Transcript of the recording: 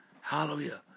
Hallelujah